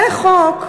זה חוק,